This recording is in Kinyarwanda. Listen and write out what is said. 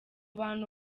bantu